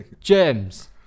james